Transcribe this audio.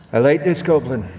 i like this goblin.